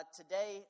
today